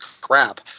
crap